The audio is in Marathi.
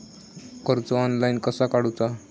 कर्ज ऑनलाइन कसा काडूचा?